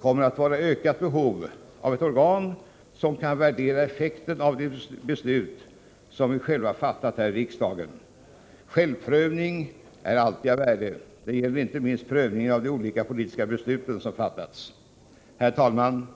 kommer att vara i ökat behov av ett organ som kan värdera effekten av de beslut som vi själva fattat här i riksdagen. Självprövning är alltid av värde. Detta gäller inte minst prövningen av olika politiska beslut som fattats. Herr talman!